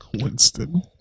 Winston